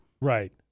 Right